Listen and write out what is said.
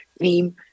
team